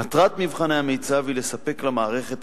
מטרת מבחני המיצ"ב היא לספק למערכת,